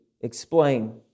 explain